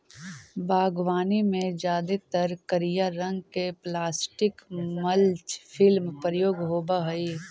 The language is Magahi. बागवानी में जादेतर करिया रंग के प्लास्टिक मल्च फिल्म प्रयोग होवऽ हई